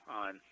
on